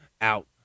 out